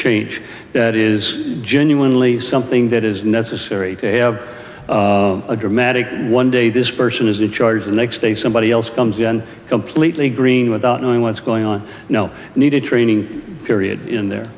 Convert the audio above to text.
change that is genuinely something that is necessary to have a dramatic one day this person is in charge the next day somebody else comes in completely green without knowing what's going on no need to training period in there